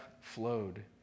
flowed